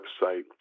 website